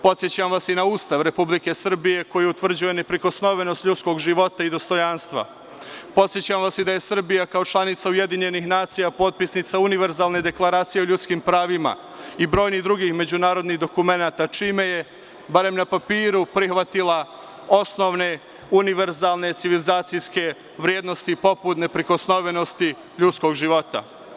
Podsećam vas i na Ustav Republike Srbije koji utvrđuje neprikosnovenost ljudskog života i dostojanstva, podsećam vas i da je Srbija kao članica UN, potpisnica univerzalne Deklaracije o ljudskim pravima i brojnih drugih međunarodnih dokumenata, čime je na papiru prihvatila osnovne univerzalne civilizacijske vrednosti, poput neprikosnovenosti ljudskog života.